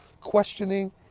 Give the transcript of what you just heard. questioning